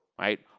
right